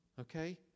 okay